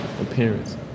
appearance